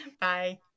Bye